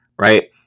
Right